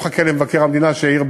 אני לא מחכה למבקר המדינה שיעיר,